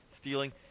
stealing –